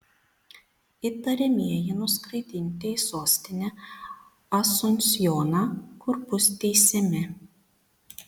įtariamieji nuskraidinti į sostinę asunsjoną kur bus teisiami